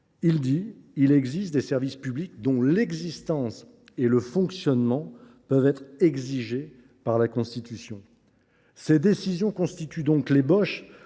à 1996 : il existe des services publics dont « l’existence et le fonctionnement [peuvent être] exigés par la Constitution ». Ces décisions marquent donc l’ébauche